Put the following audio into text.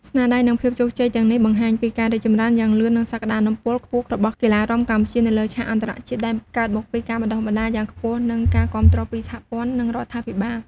ស្នាដៃ និងភាពជោគជ័យទាំងនេះបង្ហាញពីការរីកចម្រើនយ៉ាងលឿន និងសក្តានុពលខ្ពស់របស់កីឡារាំកម្ពុជានៅលើឆាកអន្តរជាតិ ដែលកើតមកពីការបណ្តុះបណ្តាលយ៉ាងខ្ពស់ និងការគាំទ្រពីសហព័ន្ធ និងរដ្ឋាភិបាល។